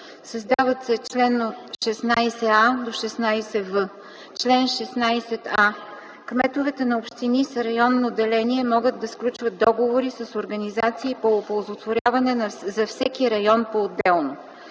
Създават се чл. 16а-16в: „Чл. 16а. Кметовете на общини с районно деление могат да сключват договори с организации по оползотворяване за всеки район поотделно.